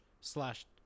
slash